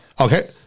Okay